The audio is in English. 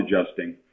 adjusting